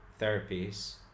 therapies